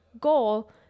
goal